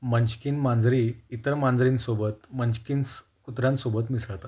munchkin मांजरी इतर मांजरींसोबत मंचकीन्स कुत्र्यांसोबत मिसळतात